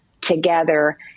together